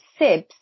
SIBS